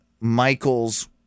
Michaels